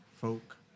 folk